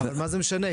אבל מה זה משנה,